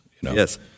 Yes